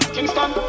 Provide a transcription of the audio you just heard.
Kingston